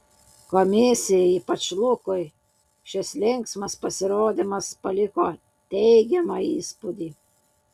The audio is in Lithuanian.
komisijai ypač lukui šis linksmas pasirodymas paliko teigiamą įspūdį